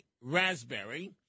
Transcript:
Raspberry